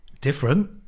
Different